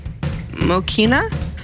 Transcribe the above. Mokina